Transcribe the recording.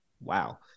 Wow